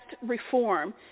reform